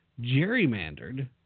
gerrymandered